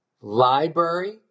library